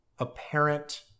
apparent